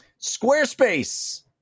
Squarespace